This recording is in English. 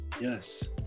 Yes